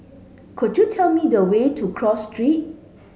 could you tell me the way to Cross Street